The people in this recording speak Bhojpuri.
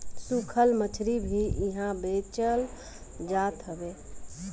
सुखल मछरी भी इहा बेचल जात हवे